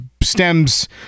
stems